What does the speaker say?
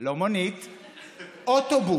לא מונית, אוטובוס.